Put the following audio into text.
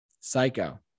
psycho